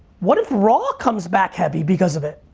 what if raw comes back heavy because of it?